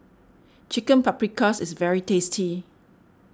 Chicken Paprikas is very tasty